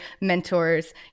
mentors